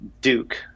Duke